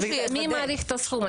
מי מעריך את הסכום?